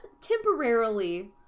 temporarily